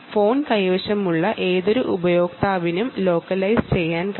phone കൈവശമുള്ള ഏതൊരു ഉപയോക്താവിനും ലോക്കലൈസ് ചെയ്യാൻ കഴിയും